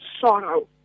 sorrow